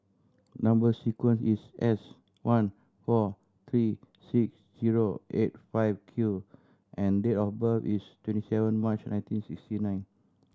number sequence is S one four three six zero eight five Q and date of birth is twenty seven March nineteen sixty nine